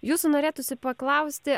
jūsų norėtųsi paklausti